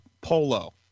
polo